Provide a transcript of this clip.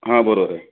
हां बरोबर आहे